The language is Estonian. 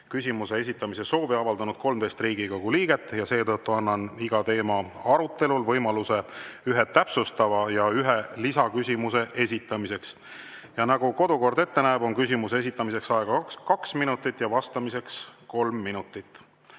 küsimuse esitamise soovi avaldanud 13 Riigikogu liiget. Seetõttu annan iga teema arutelul võimaluse ühe täpsustava ja ühe lisaküsimuse esitamiseks. Nagu kodukord ette näeb, on küsimuse esitamiseks aega kaks minutit ja vastamiseks kolm minutit.